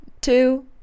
two